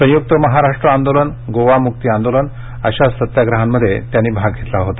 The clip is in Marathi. संयुक्त महाराष्ट्र आंदोलन गोवामुक्ती आंदोलन अशा सत्याग्रहांमध्ये त्यांनी भाग घेतला होता